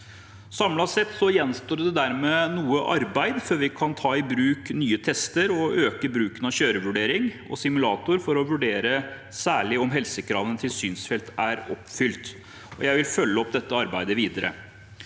Samlet sett gjenstår det dermed noe arbeid før vi kan ta i bruk nye tester og øke bruken av kjørevurdering og -simulator for særlig å vurdere om helsekravene til synsfelt er oppfylt, og jeg vil følge opp dette arbeidet videre.